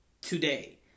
today